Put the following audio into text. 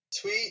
tweet